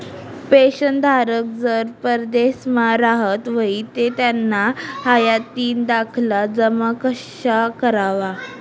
पेंशनधारक जर परदेसमा राहत व्हयी ते त्याना हायातीना दाखला जमा कशा करवा?